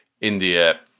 India